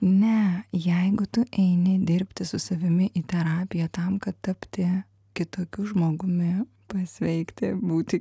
ne jeigu tu eini dirbti su savimi į terapiją tam kad tapti kitokiu žmogumi pasveikti būti